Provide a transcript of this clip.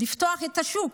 לפתוח את השוק